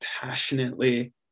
passionately